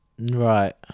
Right